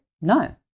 no